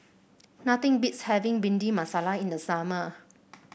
nothing beats having Bhindi Masala in the summer